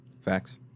Facts